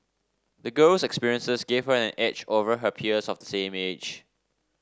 the girl's experiences gave her an edge over her peers of the same age